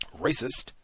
racist